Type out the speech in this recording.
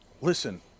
listen